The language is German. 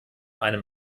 einem